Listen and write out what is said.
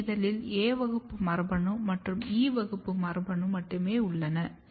புல்லி இதழில் A வகுப்பு மரபணு மற்றும் E வகுப்பு மரபணு மட்டுமே உள்ளன